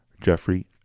Jeffrey